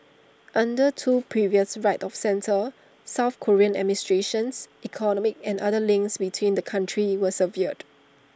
under two previous right of centre south Korean administrations economic and other links between the countries were severed